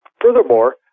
furthermore